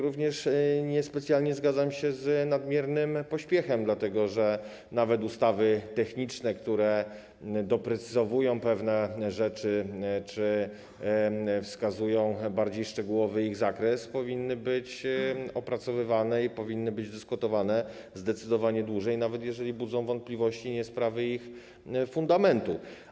Również niespecjalnie zgadzam się z nadmiernym pośpiechem, dlatego że nawet ustawy techniczne, które doprecyzowują pewne rzeczy czy wskazują bardziej szczegółowy ich zakres, powinny być opracowywane i powinny być dyskutowane zdecydowanie dłużej, nawet jeżeli nie budzą wątpliwości sprawy ich fundamentu.